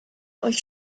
euch